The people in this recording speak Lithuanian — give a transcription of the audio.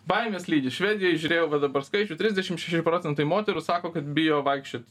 baimės lydi švedijoj žiūrėjau va dabar skaičių trisdešim šeši procentai moterų sako kad bijo vaikščiot